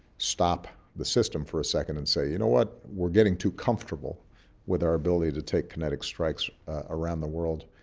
stop the system for a second, and say, you know what? we're getting too comfortable with our ability to take kinetic strikes around the world